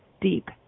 deep